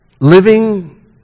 living